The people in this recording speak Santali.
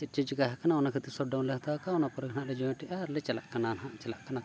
ᱪᱮᱫ ᱪᱚ ᱪᱤᱠᱟᱹ ᱟᱠᱟᱱᱟ ᱚᱱᱟ ᱠᱷᱟᱹᱛᱤᱨ ᱥᱚᱴ ᱰᱟᱣᱩᱱᱞᱮ ᱦᱟᱛᱟᱣ ᱠᱟᱜᱼᱟ ᱚᱱᱟ ᱯᱚᱨᱮᱜᱮ ᱱᱟᱜ ᱞᱮ ᱡᱚᱭᱮᱱᱴᱮᱜᱼᱟ ᱟᱨᱞᱮ ᱪᱟᱞᱟᱜ ᱠᱟᱱᱟ ᱱᱟᱜ ᱪᱟᱞᱟᱜ ᱠᱟᱱᱟ